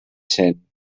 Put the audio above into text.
cent